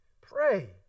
Pray